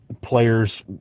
players